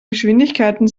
geschwindigkeiten